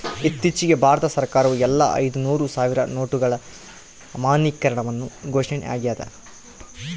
ಇತ್ತೀಚಿಗೆ ಭಾರತ ಸರ್ಕಾರವು ಎಲ್ಲಾ ಐದುನೂರು ಸಾವಿರ ನೋಟುಗಳ ಅಮಾನ್ಯೀಕರಣವನ್ನು ಘೋಷಣೆ ಆಗ್ಯಾದ